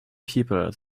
people